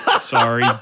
sorry